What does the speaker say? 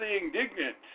indignant